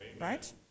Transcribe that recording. Right